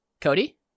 Cody